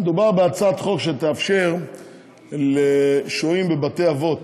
מדובר בהצעת חוק שתאפשר לשוהים בבתי-אבות,